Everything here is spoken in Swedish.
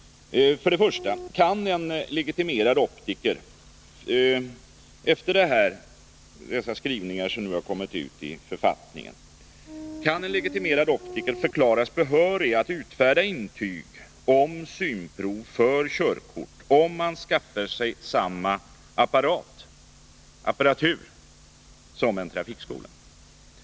För det första: Kan en legitimerad optiker efter de författningsföreskrifter som kommit ut förklaras behörig att utfärda intyg om synprov för körkort, om han skaffar sig samma apparatur som en trafikskola?